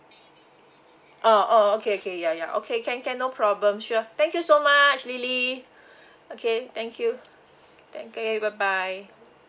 oh oh okay okay ya ya okay can can no problem sure thank you so much lily okay thank you thank you bye bye